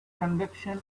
convection